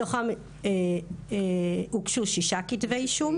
מתוכם הוגשו שישה כתבי אישום.